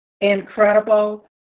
incredible